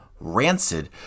rancid